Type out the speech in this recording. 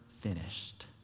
finished